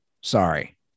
Sorry